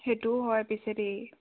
সেইটোও হয় পিছে দেই